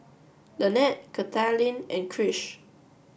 Lanette Kathaleen and Krish